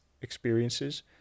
experiences